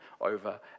over